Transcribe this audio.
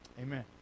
Amen